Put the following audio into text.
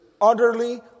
utterly